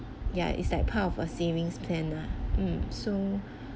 ya it's like part of a savings plan lah mm so